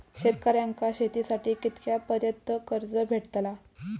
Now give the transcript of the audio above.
शेतकऱ्यांका शेतीसाठी कितक्या पर्यंत कर्ज भेटताला?